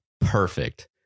perfect